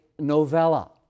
Novella